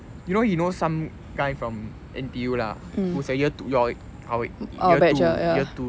you know he know some guy from N_T_U lah who's a year two your our year two year two